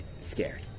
scared